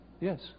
Yes